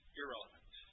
irrelevant